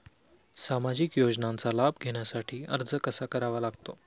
सामाजिक योजनांचा लाभ घेण्यासाठी अर्ज कसा करावा लागतो?